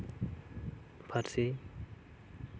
ᱯᱟᱹᱨᱥᱤ